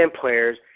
players